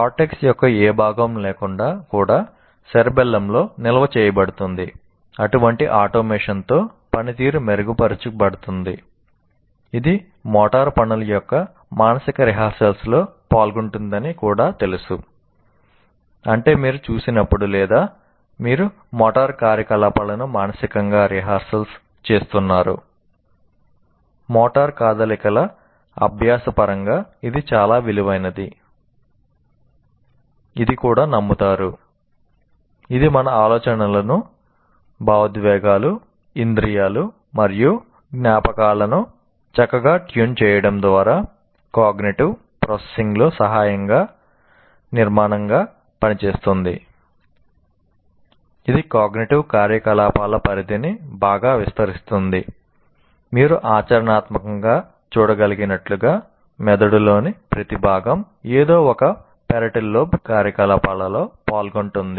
cortex కార్యకలాపాలలో పాల్గొంటుంది